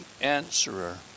answerer